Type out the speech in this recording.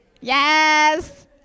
Yes